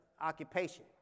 occupation